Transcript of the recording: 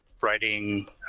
writing